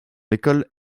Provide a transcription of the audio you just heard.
l’école